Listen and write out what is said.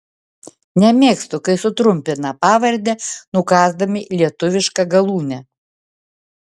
nemėgstu kai sutrumpina pavardę nukąsdami lietuvišką galūnę